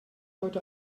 heute